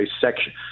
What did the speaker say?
section